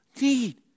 need